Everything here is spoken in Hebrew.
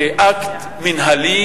כאקט מינהלי,